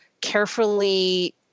carefully